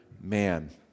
man